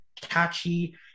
catchy